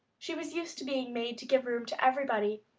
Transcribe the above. she was used to being made to give room to everybody.